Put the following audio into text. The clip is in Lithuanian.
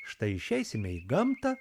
štai išeisime į gamtą